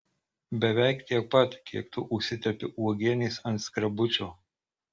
beveik tiek pat kiek tu užsitepi uogienės ant skrebučio